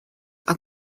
are